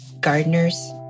gardeners